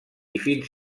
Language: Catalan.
fins